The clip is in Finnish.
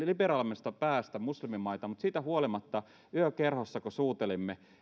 liberaaleimmasta päästä muslimimaita mutta siitä huolimatta yökerhossa kun suutelimme